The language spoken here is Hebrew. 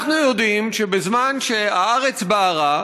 אנחנו יודעים שבזמן שהארץ בערה,